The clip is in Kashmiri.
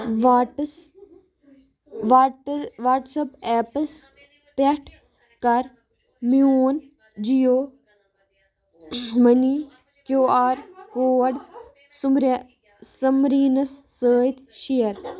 واٹس وٹ واٹسپ ایپَس پٮ۪ٹھ کَر میون Jio money Q R code سُمری سُمریٖنَس سۭتۍ شِیر